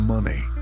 Money